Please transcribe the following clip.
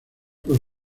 por